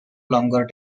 longer